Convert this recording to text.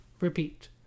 repeat